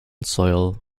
soil